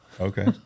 Okay